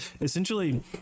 essentially